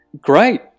great